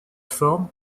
forme